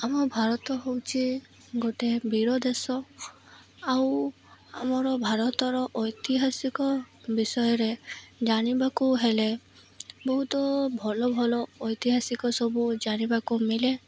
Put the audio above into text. ଆମ ଭାରତ ହେଉଛି ଗୋଟେ ବୀର ଦେଶ ଆଉ ଆମର ଭାରତର ଐତିହାସିକ ବିଷୟରେ ଜାଣିବାକୁ ହେଲେ ବହୁତ ଭଲ ଭଲ ଐତିହାସିକ ସବୁ ଜାଣିବାକୁ ମିଲେ